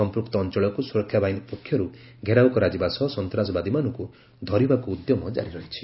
ସଂପୂକ୍ତ ଅଞ୍ଚଳକୁ ସୁରକ୍ଷାବାହିନୀ ପକ୍ଷରୁ ଘେରାଉ କରାଯିବା ସହ ସନ୍ତ୍ରାସବାଦୀମାନଙ୍କୁ ଧରିବାକୁ ଉଦ୍ୟମ ଜାରିରହିଛି